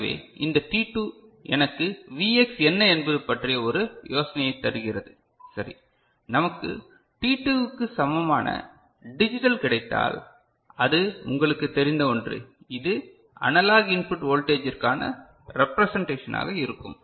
எனவே இந்த t2 எனக்கு Vx என்ன என்பது பற்றிய ஒரு யோசனையைத் தருகிறது சரி நமக்கு t2 க்கு சமமான டிஜிட்டல் கிடைத்தால் அது உங்களுக்குத் தெரிந்த ஒன்று இது அனலாக் இன்புட் வோல்டேஜ்ற்கான ரெப்றேசெண்டேஷனாக இருக்கும்